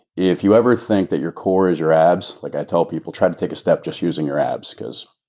if you ever think that your core is your abs, like i tell people, try to take a step just using your abs, because,